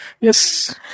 Yes